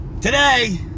today